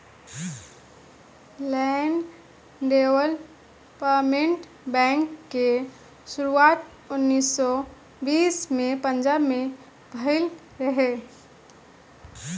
land development bank के शुरुआत उन्नीस सौ बीस में पंजाब में भईल रहे